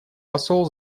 посол